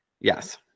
Yes